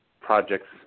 projects